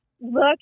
look